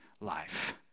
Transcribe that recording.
life